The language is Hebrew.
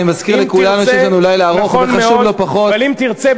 אני מזכיר לכולנו שיש לנו לילה ארוך ודיון חשוב לא פחות בעוד נושאים.